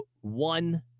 one